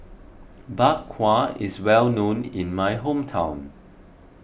Bak Kwa is well known in my hometown